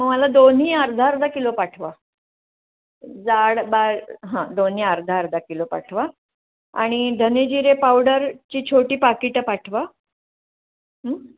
मग मला दोन्ही अर्धा अर्धा किलो पाठवा जाड बा हां दोन्ही अर्धा अर्धा किलो पाठवा आणि धणेजिरे पावडरची छोटी पाकिटं पाठवा